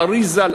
האר"י ז"ל,